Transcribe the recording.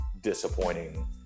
disappointing